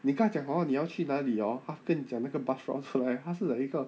你跟他讲 hor 你要去哪里 orh 他跟你讲那个 bus route 出来他是 like 一个